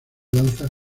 danza